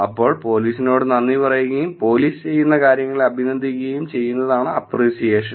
അപ്പോൾ പോലീസിനോട് നന്ദി പറയുകയും പോലീസ് ചെയ്യുന്ന കാര്യങ്ങളെ അഭിനന്ദിക്കുകയും ചെയ്യുന്നതാണ് അപ്പ്രീസിയേഷൻ